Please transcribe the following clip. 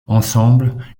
ensemble